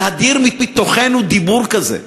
להדיר מתוכנו דיבור כזה.